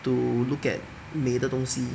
to look at 美的东西